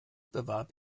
bewarb